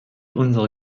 unsere